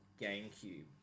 GameCube